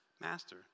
master